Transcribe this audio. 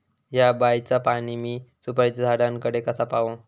हया बायचा पाणी मी सुपारीच्या झाडान कडे कसा पावाव?